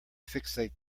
fixate